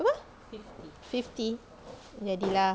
apa fifty jadi lah